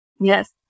Yes